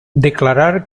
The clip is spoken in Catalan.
declarar